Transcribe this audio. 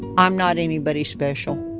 i'm not anybody special.